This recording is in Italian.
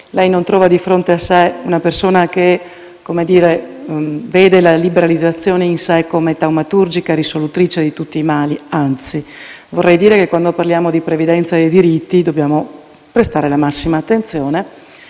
lei non trova di fronte una persona che vede la liberalizzazione in sé come taumaturgica risolutrice di tutti i mali. Anzi, vorrei dire che, quando parliamo di previdenza e di diritti, dobbiamo prestare la massima attenzione.